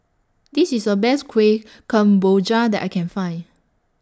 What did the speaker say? This IS A Best Kuih Kemboja that I Can Find